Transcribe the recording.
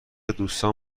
دوستان